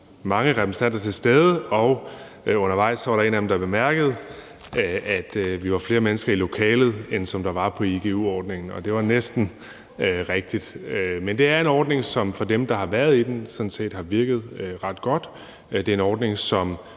mange repræsentanter til stede, og undervejs var der en af dem, der bemærkede, at vi var flere mennesker i lokalet, end der var på igu-ordningen, og det var næsten rigtigt. Men det er en ordning, som for dem, der har været på den, sådan set har virket ret godt. Det er en ordning, som